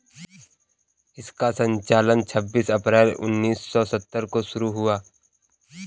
इसका संचालन छब्बीस अप्रैल उन्नीस सौ सत्तर को शुरू हुआ